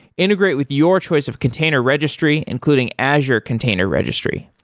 integrate with your choice of container registry, including azure container registry.